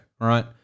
right